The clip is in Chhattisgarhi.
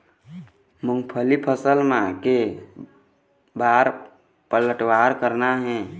मूंगफली फसल म के बार पलटवार करना हे?